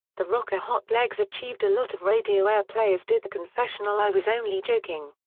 the rocker hot legs achieved a lot of radio airplay as did the confessional i was only joking.